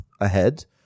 ahead